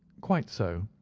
quite so.